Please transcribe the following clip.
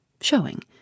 showing